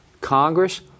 Congress